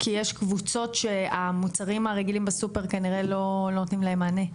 כי יש קבוצות שהמוצרים הרגילים בסופר כנראה לא נותנים להם מענה.